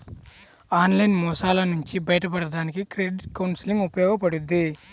online మోసాల నుంచి బయటపడడానికి క్రెడిట్ కౌన్సిలింగ్ ఉపయోగపడుద్ది